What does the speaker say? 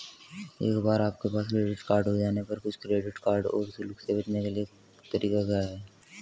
एक बार आपके पास क्रेडिट कार्ड हो जाने पर कुछ क्रेडिट कार्ड शुल्क से बचने के कुछ तरीके क्या हैं?